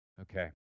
okay